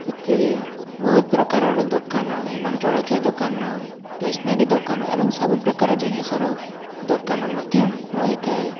ସେଥିରେ ବହୁତ ପ୍ରକାରର ଦୋକାନ ଏବଂ ଜଳଖିଆ ଦୋକାନ ଷ୍ଟେସନାରୀ ଦୋକାନ ଏବଂ ସବୁ ପ୍ରକାର ଜିନିଷର ଦୋକାନ ମଧ୍ୟ ରହିଥାଏ